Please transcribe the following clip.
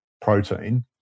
protein